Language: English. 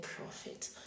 profit